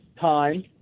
time